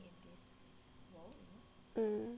um